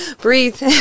breathe